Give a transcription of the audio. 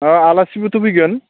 आलासिबोथ' फैगोन